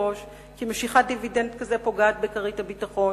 כי משיכת דיבידנד כזה פוגעת בכרית הביטחון,